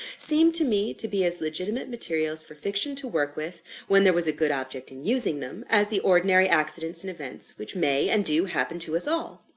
seemed to me to be as legitimate materials for fiction to work with when there was a good object in using them as the ordinary accidents and events which may, and do, happen to us all.